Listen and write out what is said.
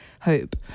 hope